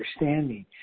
understanding